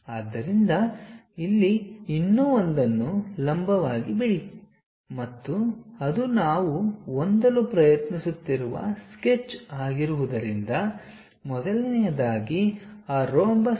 ಆದ್ದರಿಂದ ಇಲ್ಲಿ ಇನ್ನೂ ಒಂದನ್ನು ಲಂಬವಾಗಿ ಬಿಡಿ ಮತ್ತು ಅದು ನಾವು ಹೊಂದಲು ಪ್ರಯತ್ನಿಸುತ್ತಿರುವ ಸ್ಕೆಚ್ ಆಗಿರುವುದರಿಂದ ಮೊದಲನೆಯದಾಗಿ ಆ ರೋಂಬಸ್rhombus